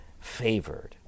favored